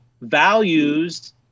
values